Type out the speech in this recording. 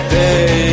day